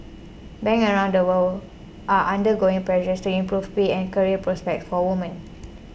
banks around the world are under growing pressure to improve pay and career prospects for women